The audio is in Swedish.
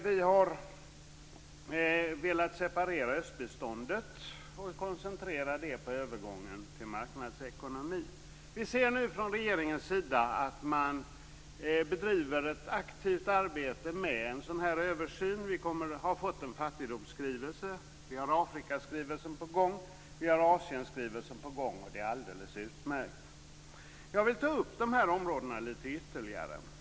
Vi har velat separera östbiståndet och koncentrera det på övergången till marknadsekonomi. Vi ser nu att man från regeringens sida bedriver ett aktivt arbete med en sådan här översyn. Vi har fått en fattigdomsskrivelse, Afrikaskrivelsen är på gång och Asienskrivelsen är på gång. Det är alldeles utmärkt. Jag vill ta upp de här områdena litet ytterligare.